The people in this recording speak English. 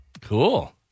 cool